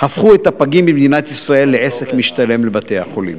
הפכו את הפגים במדינת ישראל לעסק משתלם לבתי-החולים.